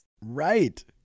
Right